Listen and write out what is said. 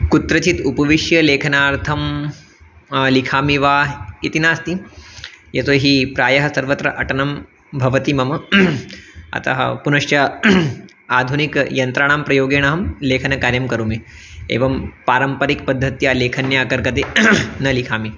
कुत्रचित् उपविश्य लेखनार्थं लिखामि वा इति नास्ति यतो हि प्रायः सर्वत्र अटनं भवति मम अतः पुनश्च आधुनिकयन्त्राणां प्रयोगेणाहं लेखनकार्यं करोमि एवं पारम्परिकपद्धत्या लेखन्या कागदे न लिखामि